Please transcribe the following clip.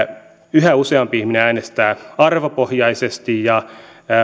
yhä useampi ihminen äänestää arvopohjaisesti ja